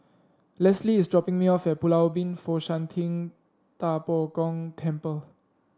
Lesley is dropping me off at Pulau Ubin Fo Shan Ting Da Bo Gong Temple